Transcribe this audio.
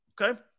Okay